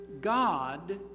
God